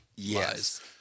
Yes